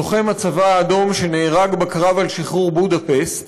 לוחם הצבא האדום שנהרג בקרב על שחרור בודפשט